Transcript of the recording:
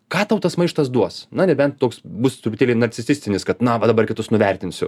ką tau tas maištas duos na nebent toks bus truputėlį narcisistinis kad na va dabar kitus nuvertinsiu